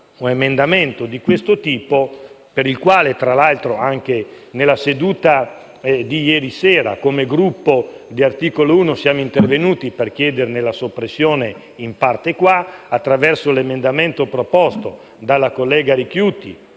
un emendamento di questo tipo, sul quale tra l'altro anche nella seduta di ieri sera il Gruppo Articolo 1 è intervenuto per chiederne la soppressione *in parte qua*, attraverso l'emendamento proposto dalla senatrice Ricchiuti,